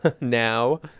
now